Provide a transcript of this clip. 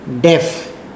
deaf